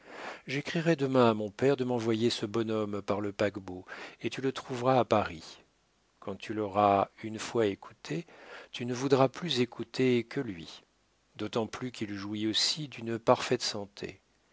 j'écrirai demain à mon père de m'envoyer ce bonhomme par le paquebot et tu le trouveras à paris quand tu l'auras une fois écouté tu ne voudras plus écouter que lui d'autant plus qu'il jouit aussi d'une parfaite santé